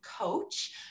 coach